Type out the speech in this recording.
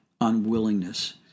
unwillingness